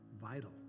vital